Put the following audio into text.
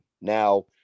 Now